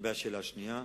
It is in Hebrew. לגבי השאלה השנייה,